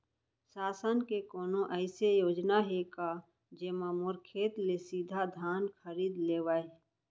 शासन के कोनो अइसे योजना हे का, जेमा मोर खेत ले सीधा धान खरीद लेवय?